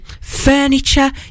furniture